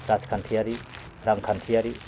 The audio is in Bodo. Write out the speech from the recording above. राजखान्थियारि रांखान्थियारि